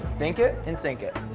dink it and sink it.